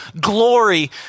glory